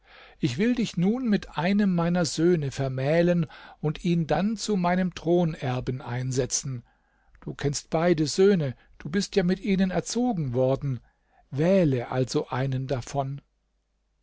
ich will dich nun mit einem meiner söhne vermählen und ihn dann zu meinem thronerben einsetzen du kennst beide söhne du bist ja mit ihnen erzogen worden wähle also einen davon